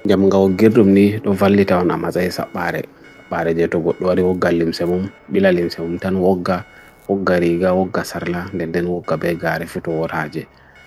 Jamunga wo gyrrmni to vali taw na mazahisa pare pare jeto godware wo ga lim semum bila lim semum tan wo ga wo ga riga wo ga sarla den den wo ga begare fito wo raje